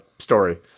story